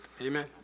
Amen